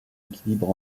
équilibre